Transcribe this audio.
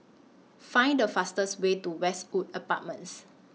Find The fastest Way to Westwood Apartments